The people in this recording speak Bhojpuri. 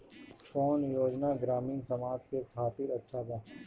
कौन योजना ग्रामीण समाज के खातिर अच्छा बा?